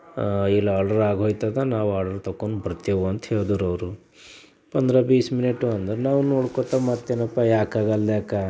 ಇಲ್ಲಿ ಆರ್ಡ್ರಾಗೋಗ್ತದೆ ನಾವು ಆರ್ಡರ್ ತೊಗೊಂಡು ಬರ್ತೇವೆ ಅಂತ ಹೇಳಿದ್ರು ಅವರು ಪಂದ್ರ ಬೀಸ್ ಮಿನಿಟು ಅಂದ್ರೆ ನಾವು ನೋಡುತ್ತ ಮತ್ತೆನಪ್ಪ ಯಾಕಗಲ್ದ್ಯಾಕ